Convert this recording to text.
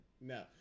No